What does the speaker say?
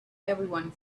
everyone